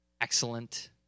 excellent